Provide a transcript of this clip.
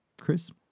Chris